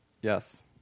Yes